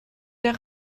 der